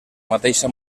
mateixa